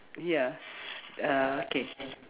ya uh okay